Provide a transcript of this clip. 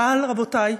אבל, רבותי,